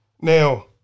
Now